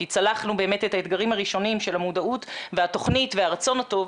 כי צלחנו באמת את האתגרים הראשונים של המודעות והתוכנית והרצון הטוב,